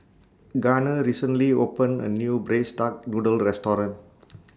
Gunner recently opened A New Braised Duck Noodle Restaurant